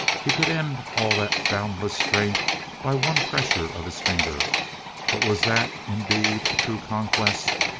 he could end all that boundless strength by one pressure of his finger but was that indeed a true conquest?